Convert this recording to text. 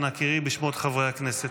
אנא קראי בשמות חברי הכנסת.